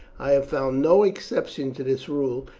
i have found no exception to this rule,